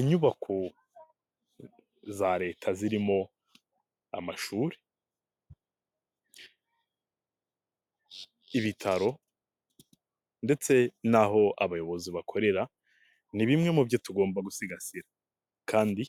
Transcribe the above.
Inyubako za leta zirimo amashuri, ibitaro ndetse n'aho abayobozi bakorera ni bimwe mu byo tugomba gusigasira kandi